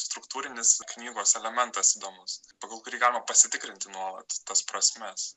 struktūrinis knygos elementas įdomus pagal kurį galima pasitikrinti nuolat tas prasmes